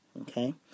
Okay